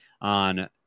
on